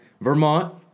Vermont